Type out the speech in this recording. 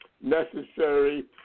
necessary